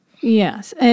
Yes